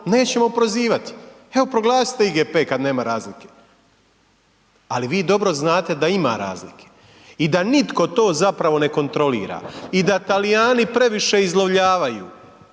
nećemo prozivati, evo proglasite IGP kad nema razlike. Ali vi dobro znate da ima razlike i da nitko to zapravo ne kontrolira i da Talijani previše izlovljavaju,